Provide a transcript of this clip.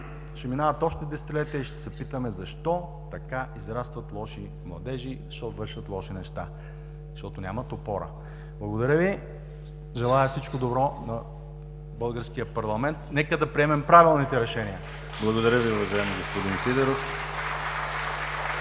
ще минат още десетилетия и ще се питаме защо израстват лоши младежи, защо вършат лоши неща? Защото нямат опора. Благодаря Ви, желая всичко добро на българския парламент! Нека да приемем правилните решения! (Ръкопляскания от